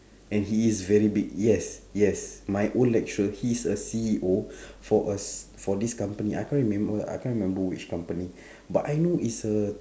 and he is very big yes yes my old lecturer he's a C_E_O for a s~ this company I can't remember I can't remember which company but I know it's a